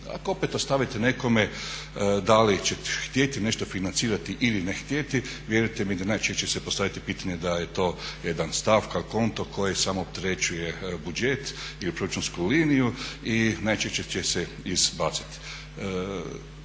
Ako opet ostavite nekome da li će htjeti nešto financirati ili ne htjeti vjerujte mi da najčešće se postaviti pitanje da je to jedan stavka, konto koji samo opterećuje budžet ili proračunsku liniju i najčešće će se izbacit.